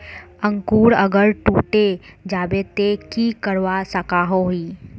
अंकूर अगर टूटे जाबे ते की करवा सकोहो ही?